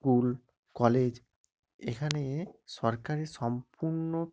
school college এখানে সরকারের সম্পূর্ণ